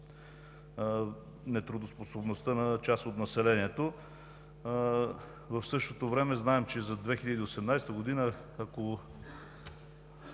нетрудоспособността на част от населението. В същото време знаем, че за 2018 г. – ако